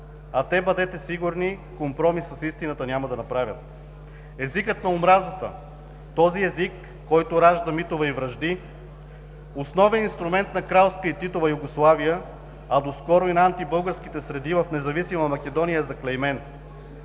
а те, бъдете сигурни, компромис с истината няма да направят. Езикът на омразата – този език, който ражда митове и вражди, основен инструмент на кралска и Титова Югославия, а до скоро и на антибългарските среди в независима Македония, е заклеймен.